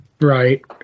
right